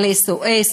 על SOS,